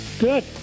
Good